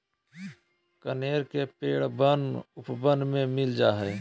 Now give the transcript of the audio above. कनेर के पेड़ वन उपवन में मिल जा हई